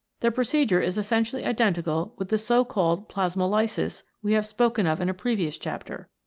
the procedure is essentially identical with the so-called plasmolysis we have spoken of in a previous chapter.